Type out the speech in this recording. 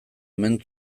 omen